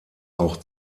auch